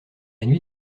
nuit